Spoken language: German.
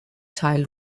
teil